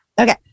Okay